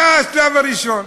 זה השלב הראשון.